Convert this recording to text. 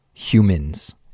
Humans